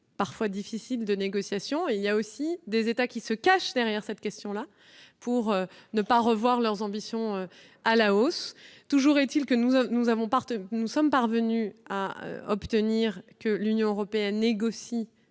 parfois difficile. Certains États se cachent derrière cette question pour éviter de revoir leurs ambitions à la hausse. Toujours est-il que nous sommes parvenus à obtenir que l'Union européenne négocie